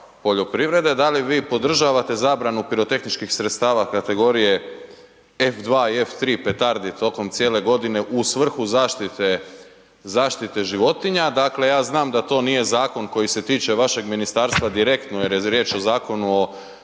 poljoprivrede, da li vi podržavate zabranu pirotehničkih sredstava kategorije F2 i F3 petardi tokom cijele godine u svrhu zaštite životinja. Dakle, ja znam da to nije zakon koji se tiče vašeg ministarstva direktno, jer je riječ o Zakonu o